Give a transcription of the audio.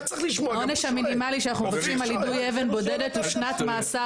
העונש המינימלי שאנחנו מבקשים על יידוי אבן בודדת הוא שנת מאסר,